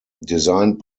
designed